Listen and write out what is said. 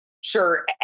sure